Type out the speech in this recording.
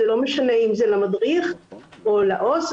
זה לא משנה אם זה למדריך או לעו"ס,